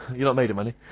you're not made of money.